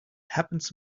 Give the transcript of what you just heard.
happens